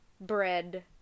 bread